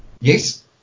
Yes